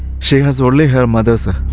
she has only her mother this